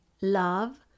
love